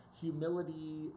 humility